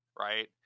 right